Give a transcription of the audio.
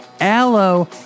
Aloe